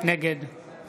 נגד